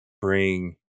bring